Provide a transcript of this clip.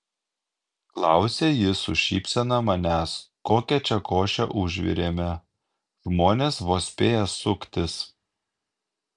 klausia ji su šypsena manęs kokią čia košę užvirėme žmonės vos spėja suktis